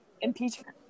Impeachment